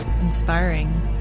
inspiring